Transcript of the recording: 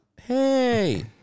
hey